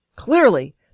Clearly